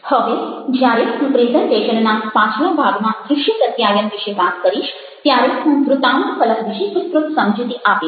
હવે જ્યારે હું પ્રેઝન્ટેશનના પાછલા ભાગમાં દ્રશ્ય પ્રત્યાયન વિશે વાત કરીશ ત્યારે હું વૃત્તાંત ફલક વિશે વિસ્તૃત સમજૂતી આપીશ